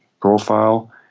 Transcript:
profile